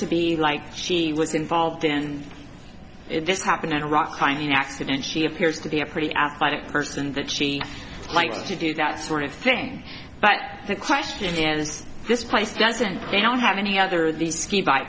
to be like she he was involved and it just happened in a rock climbing accident she appears to be a pretty athletic person that she likes to do that sort of thing but the question is this place doesn't they don't have any other the